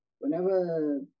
Whenever